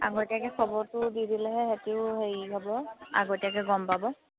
আগতীয়াকৈ খবৰটো দি দিলেহে সিহঁতিও হেৰি হ'ব আগতীয়াকৈ গম পাব